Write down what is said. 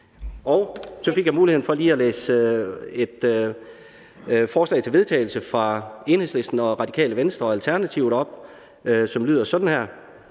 Så fik jeg muligheden for lige at læse et forslag til vedtagelse op fra Enhedslisten, Radikale Venstre og Alternativet. Det lyder sådan her: